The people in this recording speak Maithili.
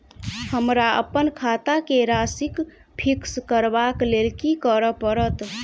हमरा अप्पन खाता केँ राशि कऽ फिक्स करबाक लेल की करऽ पड़त?